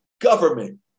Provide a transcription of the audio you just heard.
government